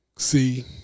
See